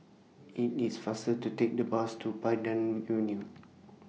IT IT IS faster to Take The Bus to Pandan Avenue